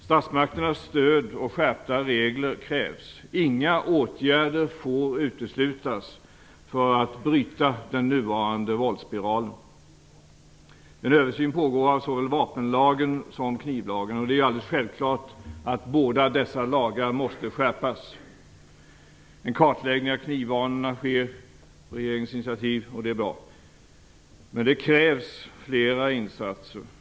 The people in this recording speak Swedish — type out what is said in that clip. Statsmakternas stöd och skärpta regler krävs. Inga åtgärder får uteslutas för att bryta den nuvarande våldsspiralen. En översyn pågår av såväl vapenlagen som knivlagen. Det är självklart att båda dessa lagar måste skärpas. En kartläggning av knivvanorna sker på regeringens initiativ, och det är bra. Men det krävs fler insatser.